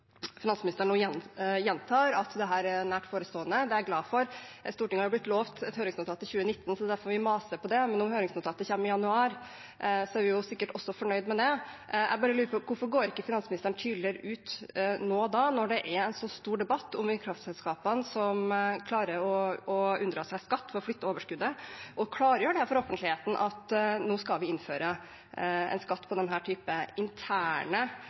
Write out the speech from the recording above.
finansministeren nå gjentar at dette er nært forestående, det er jeg glad for. Stortinget har blitt lovet et høringsnotat i 2019, det er derfor vi maser om det, men om høringsnotatet kommer i januar, er vi sikkert også fornøyd med det. Jeg bare lurer på: Hvorfor går ikke finansministeren da tydeligere ut nå når det er en så stor debatt om kraftselskapene som klarer å unndra seg skatt ved å flytte overskuddet, og klargjør for offentligheten at nå skal vi innføre en skatt på denne typen interne